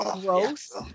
Gross